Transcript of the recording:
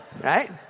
Right